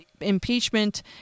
impeachment